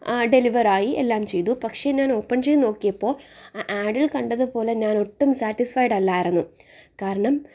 ഡെലിവറായി എല്ലാം ചെയ്തു പക്ഷേ ഞാൻ ഓപ്പൺ ചെയ്തു നോക്കിയപ്പോൾ ആ ആഡിൽ കണ്ടതുപോലെ ഞാൻ ഒട്ടും സാറ്റിസ്ഫൈഡല്ലായിരുന്നു കാരണം